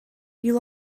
you